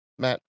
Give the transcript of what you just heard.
matt